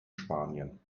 spanien